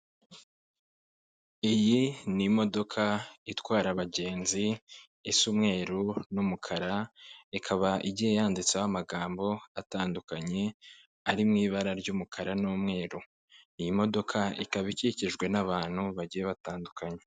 Iyi ni imodoka itwara abagenzi isa umweruru n'umukara ikaba igiye yanditseho amagambo atandukanye ari mu ibara ry'umukara n'umweru, iyi modoka ikaba ikikijwe n'abantu bagiye batandukanye.